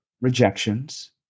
rejections